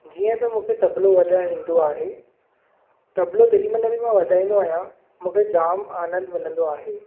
जीअं त मूंखे तबिलो वजा॒इण ईंदो आहे तबिलो जेडी॒ महिल मां वजा॒ईंदो आहियां मूंखे जाम आनंद मिलंदो आहे